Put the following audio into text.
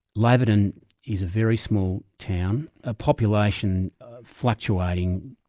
laverton is a very small town, a population fluctuating,